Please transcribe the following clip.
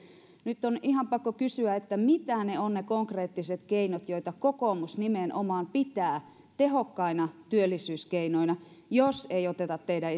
nyt on ihan pakko kysyä mitkä ovat ne konkreettiset keinot joita kokoomus nimenomaan pitää tehokkaina työllisyyskeinoina jos ei oteta huomioon teidän